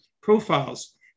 profiles